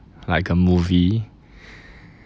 like a movie